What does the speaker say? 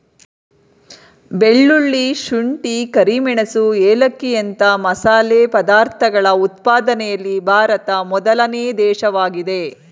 ಬೆಳ್ಳುಳ್ಳಿ, ಶುಂಠಿ, ಕರಿಮೆಣಸು ಏಲಕ್ಕಿಯಂತ ಮಸಾಲೆ ಪದಾರ್ಥಗಳ ಉತ್ಪಾದನೆಯಲ್ಲಿ ಭಾರತ ಮೊದಲನೇ ದೇಶವಾಗಿದೆ